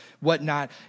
whatnot